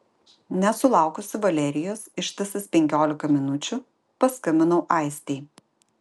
nesulaukusi valerijos ištisas penkiolika minučių paskambinau aistei